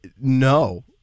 no